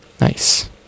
Nice